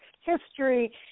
history